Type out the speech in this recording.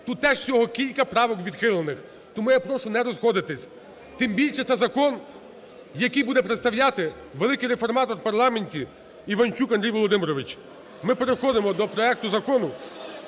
Тут теж всього кілька правок відхилених, тому я прошу не розходитися. Тим більше це закон, який буде представляти великий реформатор в парламенті Іванчук Андрій Володимирович. Ми переходимо до проекту Закону